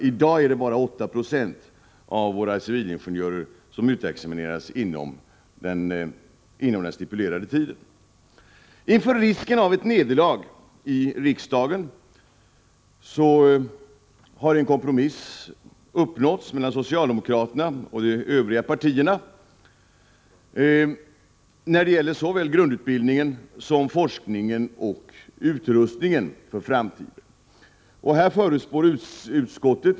I dag är det bara 8 90 av våra civilingenjörer som utexamineras inom den stipulerade tiden. Inför risken av ett nederlag i rikdagen har socialdemokraterna och de Övriga partierna träffat en kompromiss när det gäller såväl grundutbildningen som forskningen och utrustningen för framtiden.